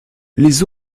les